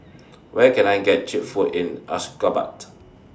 Where Can I get Cheap Food in Ashgabat